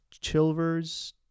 Chilvers